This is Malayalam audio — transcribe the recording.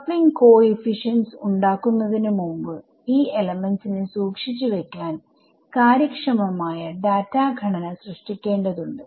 കപ്ലിങ് കോഎഫിഷിയന്റ്സ് ഉണ്ടാക്കുന്നതിന് മുമ്പ് ഈ എലമെന്റ്സ് നെ സൂക്ഷിച്ചു വെക്കാൻ കാര്യക്ഷമമായ ഡാറ്റാ ഘടന സൃഷ്ടിക്കേണ്ടതുണ്ട്